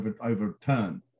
overturn